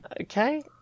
Okay